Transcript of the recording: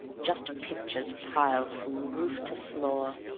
just pictures piled from roof to floor,